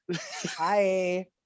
Hi